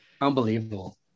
Unbelievable